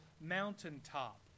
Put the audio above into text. mountaintop